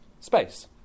space